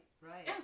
right